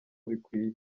bikwiye